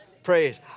praise